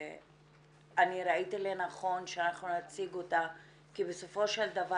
ואני ראיתי לנכון שאנחנו נציג אותה כי בסופו של דבר